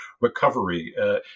recovery